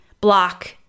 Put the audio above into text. block